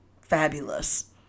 fabulous